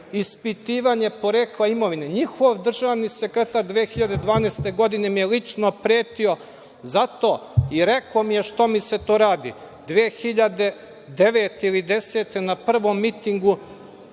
ispitivanje porekla imovine? Njihov državni sekretar 2012. godine mi je lično pretio za to i rekao mi je što mi se to radi. Godine 2009. ili 2010. na prvom mitingu